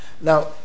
Now